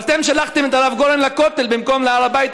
אבל אתם שלחתם את הרב גורן לכותל במקום להר הבית,